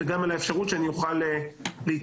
וגם על האפשרות שאני אוכל להתייחס